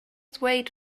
ddweud